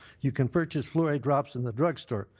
you can purchase fluoride drops in the drugstore.